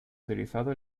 utilizado